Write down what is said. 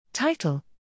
Title